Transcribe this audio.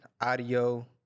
audio